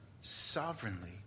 sovereignly